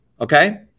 Okay